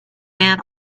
men